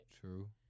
True